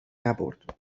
نبرد